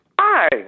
Hi